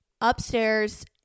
upstairs